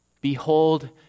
Behold